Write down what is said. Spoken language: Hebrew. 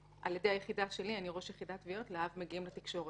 על ידי היחידה שלי אני ראש יחידת תביעות להב מגיעים לתקשורת.